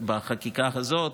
בחקיקה הזאת.